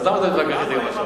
אז למה אתה מתווכח אתי עכשיו?